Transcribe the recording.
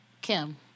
Kim